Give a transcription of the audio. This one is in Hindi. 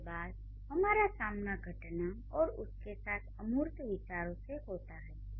इसके बाद हमारा सामना घटना और उसके साथ अमूर्त विचारों से होता हैं